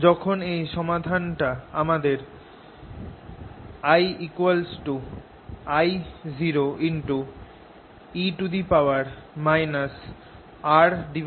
এখন এই সমাধানটা আমাদের I I0e RLt দেবে